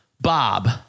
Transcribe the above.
Bob